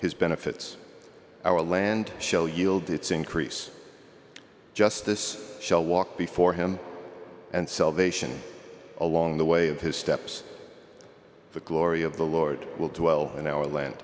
his benefits our land show yield to its increase justice shall walk before him and salvation along the way of his steps the glory of the lord will twelve in our land